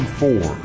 four